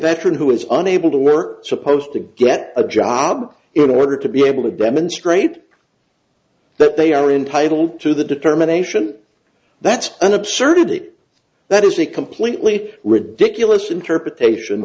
veteran who is unable to learn or are supposed to get a job in order to be able to demonstrate that they are entitled to the determination that's an absurdity that is a completely ridiculous interpretation